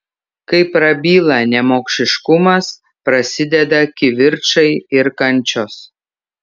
kai prabyla nemokšiškumas prasideda kivirčai ir kančios